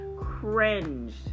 cringed